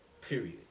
Period